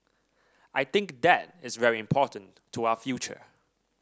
I think that is very important to our future